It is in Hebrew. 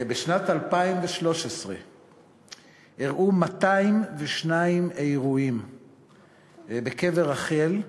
בשנת 2013 אירעו 202 אירועים בקבר רחל,